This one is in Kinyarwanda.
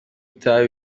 itabi